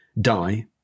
die